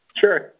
Sure